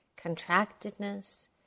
contractedness